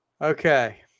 Okay